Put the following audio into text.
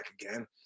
again